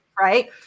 right